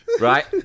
Right